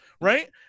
Right